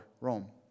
Rome